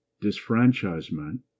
disfranchisement